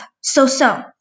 so-so